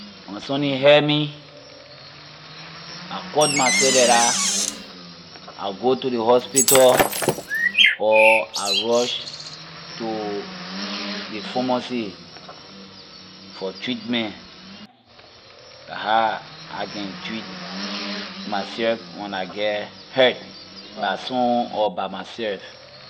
When sunni hurt me I cut myself like dah I will go to ley hospital or I rush to ley pharmacy for treatment la how I can treat myself when I get hurt by someone or by myself.